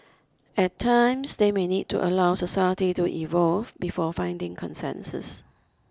at times they may need to allow society to evolve before finding consensus